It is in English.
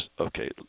okay